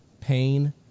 pain